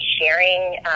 sharing